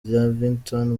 lavington